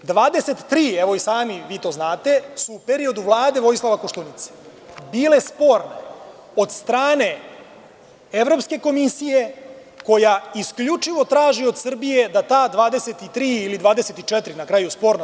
Dakle, 23, evo i sami vi to znate, su u periodu Vlade Vojislava Koštunice bile sporne od strane Evropske komisije, koja isključivo traži od Srbije da ta 23 ili 24 na kraju sporna